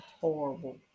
horrible